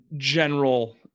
general